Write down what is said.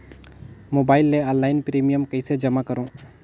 Mobile ले online premium कइसे जमा करों?